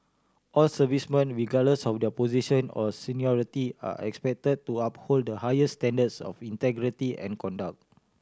all servicemen regardless of their position or seniority are expected to uphold the highest standards of integrity and conduct